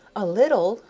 a little,